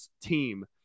team